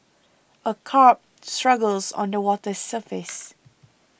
a carp struggles on the water's surface